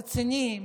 רציני,